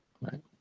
Right